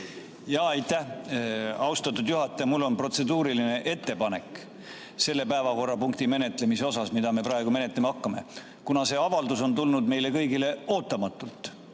Aitäh, austatud juhataja! Mul on protseduuriline ettepanek selle päevakorrapunkti menetlemise kohta, mida me praegu menetlema hakkame. Kuna see avaldus on tulnud meile kõigile ootamatult,